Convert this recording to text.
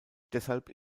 deshalb